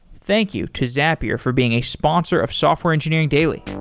thank you to zapier for being a sponsor of software engineering daily